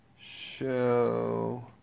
show